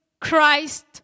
Christ